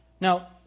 Now